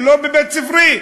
לא בבית-ספרי.